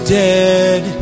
dead